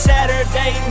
Saturday